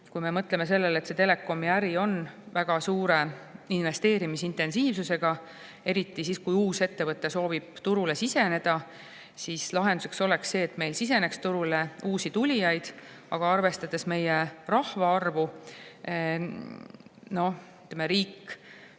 suuresti meil magab. Telekomiäri on väga suure investeerimisintensiivsusega, eriti siis, kui uus ettevõte soovib turule siseneda. Ja lahenduseks oleks see, et meil siseneks turule uusi tulijaid. Aga arvestades meie rahvaarvu, noh, ütleme, riik